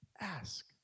ask